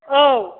औ